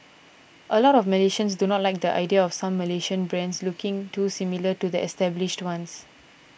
a lot of Malaysians do not like the idea of some Malaysian brands looking too similar to the established ones